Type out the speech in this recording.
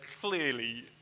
clearly